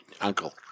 Uncle